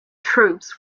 troops